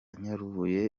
nyarubuye